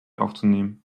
aufzunehmen